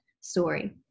story